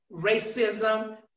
racism